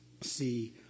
see